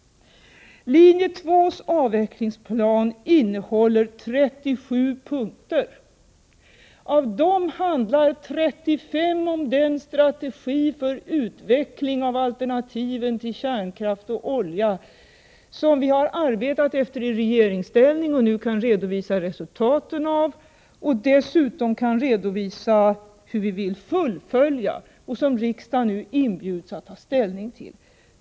Linje 2:s avvecklingsplan innehåller 37 punkter. Av dessa handlar 35 om den strategi för utveckling av alternativen till kärnkraft och olja som vi har arbetat efter i regeringsställning, ett arbete som vi nu kan redovisa resultaten av. Dessutom kan vi redovisa hur vi vill fullfölja detta arbete, något som riksdagen nu inbjuds att ta ställning till.